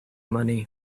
money